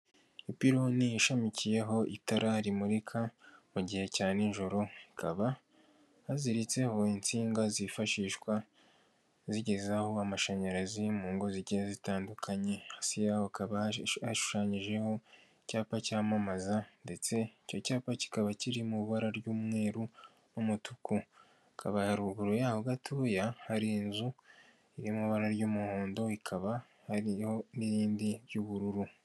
Ipironi ishamikiyeho itara rimurika mu gihe cya nijoro, hakaba haziritseho insinga zifashishwa, zigezaho amashanyarazi mu ngo zigiye zitandukanye, hasi ya ukaba ashushanyijeho icyapa cyamamaza ndetse icyo cyapa kikaba kiri mu ibara ry'umweru n'umutuku, kabaruguru yaho gatoya hari inzu iri mu ibara ry'umuhondo ikaba hari n'irindi ry'ubururu.